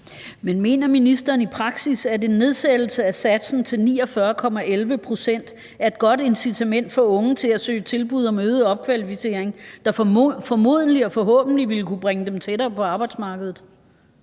Men mener ministeren i praksis, at en nedsættelse af satsen til 49,11 pct. er et godt incitament for unge til at søge tilbud om øget opkvalificering, der formodentlig og forhåbentlig vil kunne bringe dem tættere på arbejdsmarkedet?